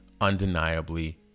undeniably